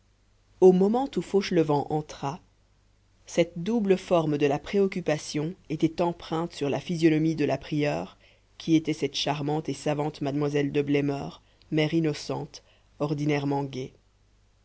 au moment où fauchelevent entra cette double forme de la préoccupation était empreinte sur la physionomie de la prieure qui était cette charmante et savante mlle de blemeur mère innocente ordinairement gaie